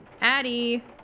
Addie